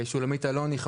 שולמית אלוני ז"ל,